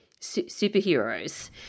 superheroes